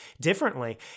differently